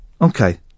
Okay